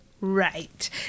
Right